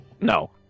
No